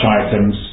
items